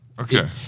Okay